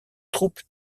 troupes